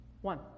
one